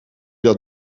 dat